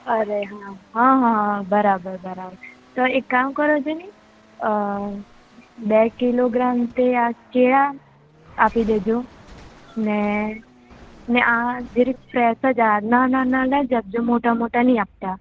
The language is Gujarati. અરે હા હા બરાબર તો એક કામ કરોને તો બે કિલોગ્રામ કેળા કેળા આપી દેજો ને ને આ જરીક ફ્રેશ જ નાના નાના આપજો મોટા મોટા નહીં આપતા